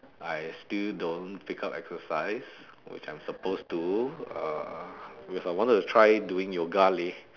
I still don't pick up exercise which I'm supposed to uh but if I wanted to try doing yoga leh